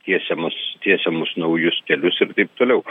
tiesiamus tiesiamus naujus kelius ir taip toliau